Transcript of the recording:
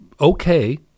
okay